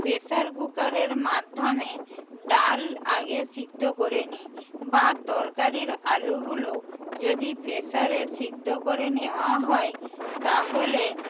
pressure কুকারের মাধ্যমে ডাল আগে সিদ্ধ করে নি বা তরকারির আলুগুলোও যদি প্রেশারে সিদ্ধ করে নেওয়া হয় তাহলে